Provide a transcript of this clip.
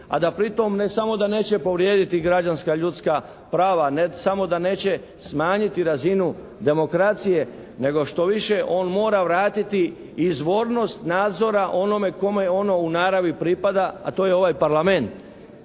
a da pritom ne samo da neće povrijediti građanska ljudska prava, ne samo da neće smanjiti razinu demokracije, nego štoviše on mora vratiti izvornost nadzora onome kome je ono u naravi pripada, a to je ovaj Parlament.